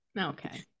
Okay